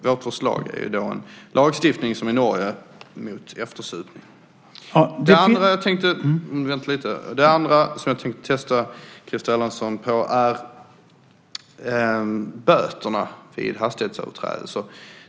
Vårt förslag är en lagstiftning som den som man har i Norge i fråga om eftersupning. Det andra som jag tänkte testa Christer Erlandsson på gäller böterna vid hastighetsöverträdelser.